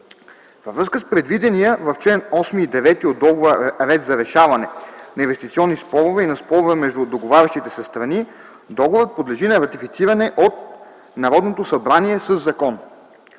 Във връзка с предвидения в членове 8 и 9 от договора ред за решаване на инвестиционни спорове и на спорове между договарящите се страни договорът подлежи на ратифициране от Народното събрание със закон.